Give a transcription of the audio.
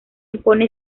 impone